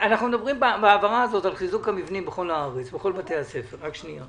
אנחנו מדברים בהעברה הזאת על חיזוק המבנים בכל בתי הספר בארץ.